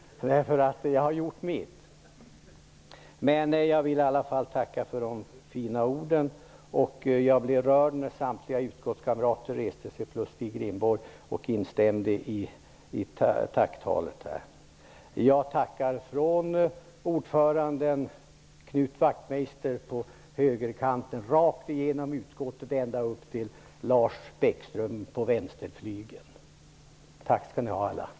Jag har gjort mitt. Men jag vill ändå tacka för de fina orden. Jag blev rörd när samtliga utskottskamrater plus Stig Rindborg reste sig upp och instämde i tacktalet. Jag tackar alla, från ordföranden Knut Wachtmeister på högerkanten och rakt över till Lars Bäckström på vänsterflygeln. Tack skall ni ha allihop!